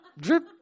drip